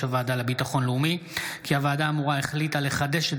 הוועדה לביטחון לאומי כי הוועדה האמורה החליטה לחדש את